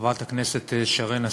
חברת הכנסת שרן השכל,